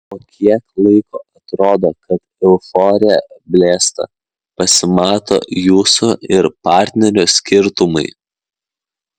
po kiek laiko atrodo kad euforija blėsta pasimato jūsų ir partnerio skirtumai